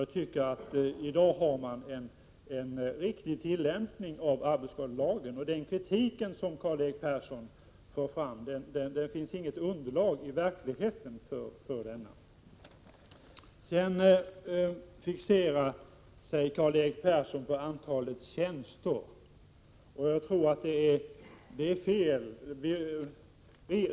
Jag tycker att man i dag har en riktig tillämpning av arbetsskadelagen, och den kritik som Karl-Erik Persson för fram finns det inget underlag för i verkligheten. Karl-Erik Persson fixerar sig vid antalet tjänster, och jag tror att det är fel.